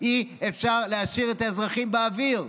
אי-אפשר להשאיר את האזרחים באוויר.